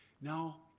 now